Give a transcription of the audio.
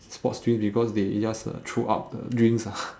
sports drink because they just uh throw up the drinks ah